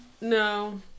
No